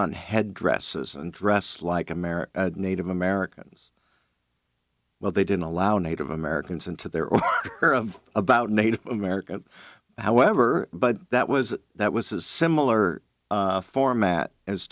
on head dresses and dress like america native americans well they didn't allow native americans into their own of about native american however but that was that was a similar format as